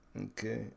Okay